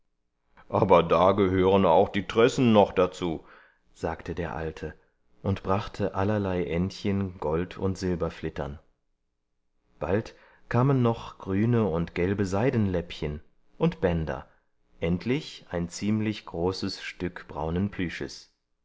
aber da gehören auch die tressen noch dazu sagte der alte und brachte allerlei endchen gold und silberflittern bald kamen noch grüne und gelbe seidenläppchen und bänder endlich ein ziemlich großes stück braunen plüsches